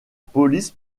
police